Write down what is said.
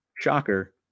Shocker